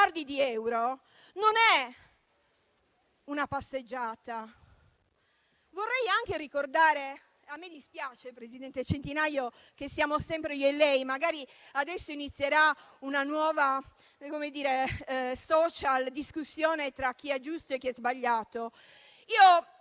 di euro non è una passeggiata. A me dispiace, presidente Centinaio, che siamo sempre io e lei. Magari adesso inizierà una nuova *social*-discussione tra chi è giusto e chi è sbagliato.